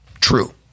True